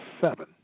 seven